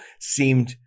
seemed